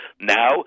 now